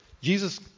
Jesus